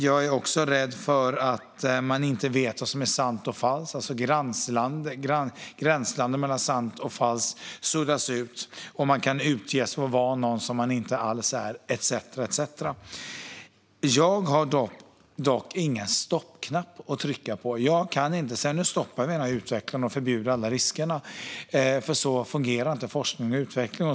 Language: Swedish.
Jag är också rädd för att man inte vet vad som är sant och falskt och att gränslandet mellan sant och falskt suddas ut. Man kan utge sig för att vara någon man inte alls är, etcetera. Jag har dock ingen stoppknapp att trycka på. Jag kan inte säga: Nu stoppar vi den här utvecklingen och förbjuder alla riskerna. Så fungerar inte forskning och utveckling.